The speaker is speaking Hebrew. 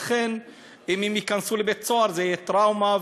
ולכן אם הם ייכנסו לבית-סוהר זו תהיה טראומה,